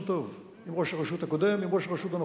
טוב עם ראש הרשות הקודם ועם ראש הרשות הנוכחי,